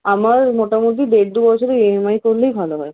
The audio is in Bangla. আমার মোটামুটি দেড় দু বছরের ইএমআই করলেই ভালো হয়